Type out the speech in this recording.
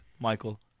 Michael